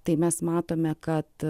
tai mes matome kad